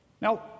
Now